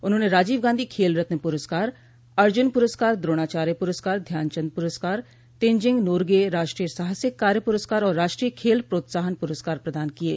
उन्होंने राजीव गांधी खेल रत्न पुरस्कार अर्जुन पुरस्कार द्रोणाचार्य पुरस्कार ध्यानचंद पुरस्कार तेनजिंग नोरगे राष्ट्रीय साहसिक कार्य पुरस्कार और राष्ट्रीय खेल प्रोत्साहन पुरस्कार प्रदान किये